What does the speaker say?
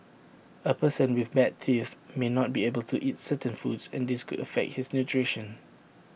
A person with bad teeth may not be able to eat certain foods and this could affect his nutrition